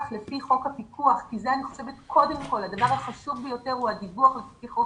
לפי חוק הפיקוח כי הדבר החשוב ביותר הוא הדיווח על פי חוק